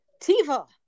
Tiva